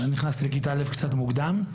נכנסתי לכיתה א' קצת מוקדם.